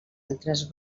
altres